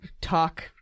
talk